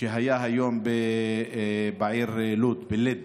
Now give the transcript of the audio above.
שהיה היום בעיר לוד, באל-לד.